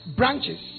branches